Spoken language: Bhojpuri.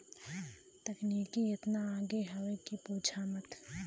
तकनीकी एतना आगे हौ कि पूछा मत